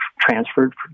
transferred